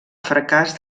fracàs